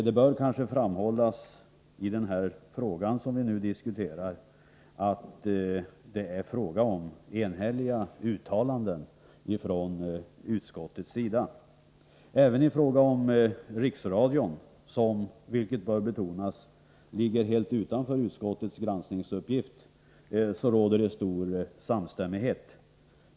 Det bör kanske framhållas i den fråga som vi nu diskuterar att uttalandena från utskottets sida är enhälliga. Även i fråga om Riksradion, som — vilket bör betonas — ligger helt utanför utskottets granskningsuppgift, råder stor samstämmighet.